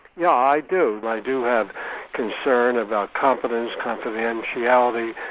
yeah i do i do have concern about confidence, confidentiality,